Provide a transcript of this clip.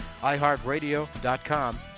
iHeartRadio.com